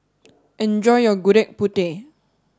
enjoy your Gudeg Putih